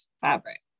fabric